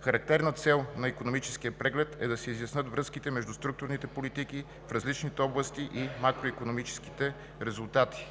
Характерна цел на икономическия преглед е да се изяснят връзките между структурните политики в различните области и макроикономическите резултати.